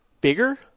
bigger